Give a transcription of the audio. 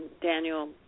Daniel